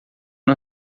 não